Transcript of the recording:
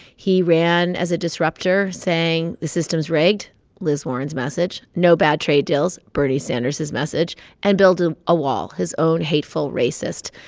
he ran as a disruptor, saying the system's rigged liz warren's message no bad trade deals bernie sanders' message and build ah a wall his own hateful, racist,